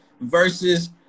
versus